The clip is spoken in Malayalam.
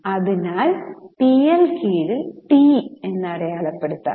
അതിനാൽ പി എൽ കീഴിൽ ടി എന്ന് അടയാളപ്പെടുത്തും